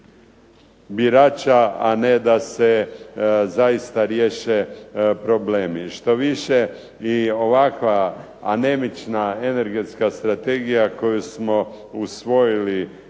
birača, a ne da se zaista riješe problemi. Štoviše i ovakva anemična energetska strategija koju smo usvojili